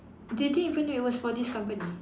did they even know it was for this company